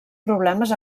problemes